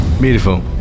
Beautiful